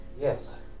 yes